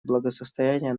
благосостояния